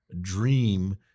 dream